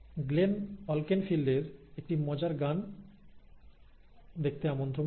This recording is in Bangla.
গ্লেন অলকেনফিল্ডের একটি মজার গান দেখতে আমন্ত্রণ জানাব